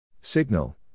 Signal